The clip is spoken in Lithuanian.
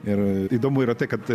ir įdomu yra tai kad